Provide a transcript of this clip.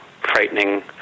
frightening